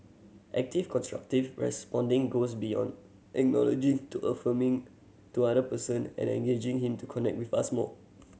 active constructive responding goes beyond acknowledging to affirming to other person and engaging him to connect with us more